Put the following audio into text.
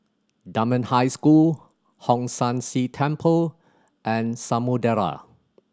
Dunman High School Hong San See Temple and Samudera